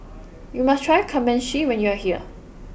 you must try Kamameshi when you are here